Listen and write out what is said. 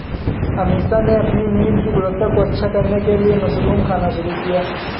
अमीषा ने अपनी नींद की गुणवत्ता को अच्छा करने के लिए मशरूम खाना शुरू किया